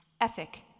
ethic